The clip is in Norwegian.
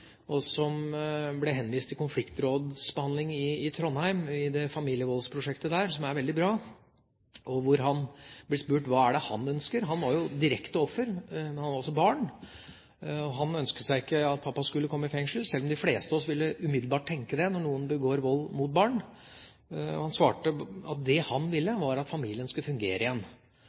ble henvist til konfliktrådsbehandling i Trondheim, i det familievoldsprosjektet der, som er veldig bra. Han ble spurt om hva han ønsket. Han var jo direkte offer og også et barn. Han ønsket ikke at pappa skulle komme i fengsel, sjøl om de fleste av oss umiddelbart ville tenke det når noen begår vold mot barn, og han svarte at det han ville, var at familien skulle fungere igjen.